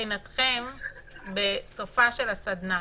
מבחינתכם בסופה של הסדנה?